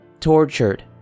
tortured